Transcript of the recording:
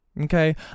Okay